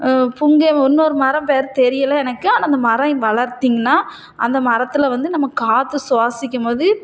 புங்கை இன்னொரு மரம் பேர் தெரியிலை எனக்கு ஆனால் அந்த மரம் வளர்த்தீங்கன்னால் அந்த மரத்தில் வந்து நம்ம காற்று சுவாசிக்கும் போது